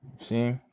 See